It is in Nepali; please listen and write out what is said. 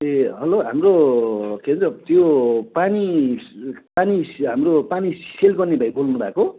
ए हेलो हाम्रो के भन्छ त्यो पानी पानी हाम्रो पानी सेल गर्ने भाइ बोल्नु भएको